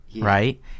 Right